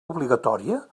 obligatòria